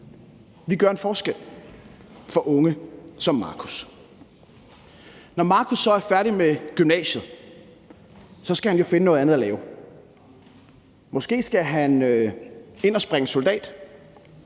Vi gør en forskel for unge som Marcus. Når Marcus så er færdig med gymnasiet, skal han jo finde noget andet at lave. Måske skal han ind og springe soldat,